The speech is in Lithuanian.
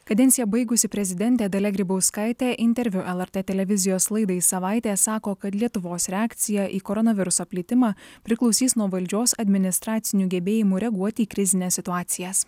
kadenciją baigusi prezidentė dalia grybauskaitė interviu lrt televizijos laidai savaitė sako kad lietuvos reakcija į koronaviruso plitimą priklausys nuo valdžios administracinių gebėjimų reaguoti į krizines situacijas